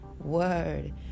Word